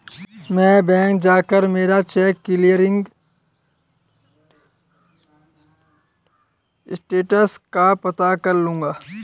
मैं बैंक जाकर मेरा चेक क्लियरिंग स्टेटस का पता कर लूँगा